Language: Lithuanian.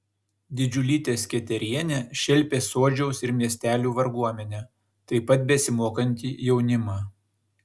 didžiulytė sketerienė šelpė sodžiaus ir miestelių varguomenę taip pat besimokantį jaunimą